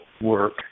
Work